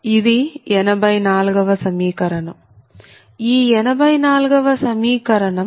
ఇది 84 వ సమీకరణం